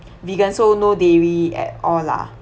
vegan so no dairy at all lah